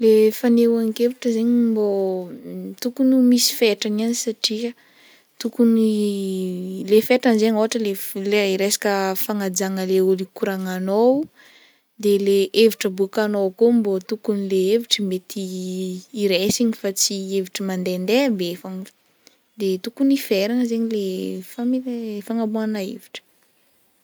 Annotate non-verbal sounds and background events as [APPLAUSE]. Le fanehoan-kevitra mbô [HESITATION] tokony ho misy fetrany ihany satria tokony [HESITATION] le fetrany ôhatra le f- le resaka fagnajagna le ôlo ikoragnanao de le hevitra aboakanao kô mbô tokony le hevitry mety [HESITATION] iraisiny fa tsy hevitry mandehandeha be fogna de tokony feragna zaigny le fame- fagnaboahana hevitra.